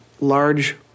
large